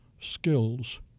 skills